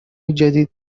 جدید